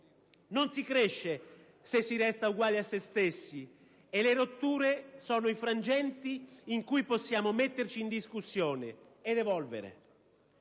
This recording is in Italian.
Non si cresce se si resta uguali a se stessi, e le rotture sono i frangenti in cui possiamo metterci in discussione ed evolvere.